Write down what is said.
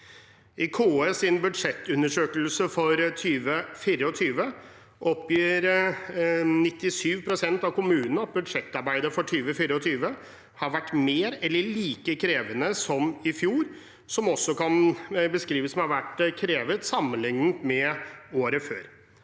I KS’ budsjettundersøkelse for 2024 oppgir 97 pst. av kommunene at budsjettarbeidet for 2024 har vært mer eller like krevende som i fjor, et år som også kan beskrives som krevende sammenlignet med året før.